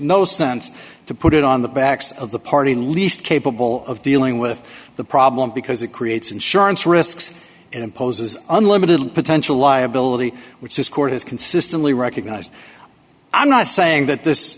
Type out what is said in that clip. no sense to put it on the backs of the party least capable of dealing with the problem because it rates insurance risks imposes unlimited potential liability which this court has consistently recognized i'm not saying that this